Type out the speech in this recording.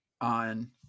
on